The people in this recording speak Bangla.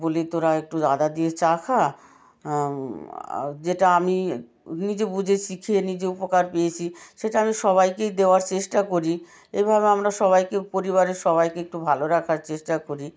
বলি তোরা একটু আদা দিয়ে চা খা যেটা আমি নিজে বুঝেছি খেয়ে নিজে উপকার পেয়েছি সেটা আমি সবাইকেই দেওয়ার চেষ্টা করি এভাবে আমরা সবাইকে পরিবারের সবাইকে একটু ভালো রাখার চেষ্টা করি